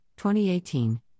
2018